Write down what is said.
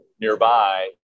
nearby